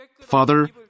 Father